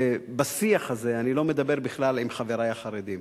בשיח הזה אני לא מדבר בכלל עם חברי החרדים.